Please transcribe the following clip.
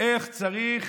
איך צריך